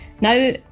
Now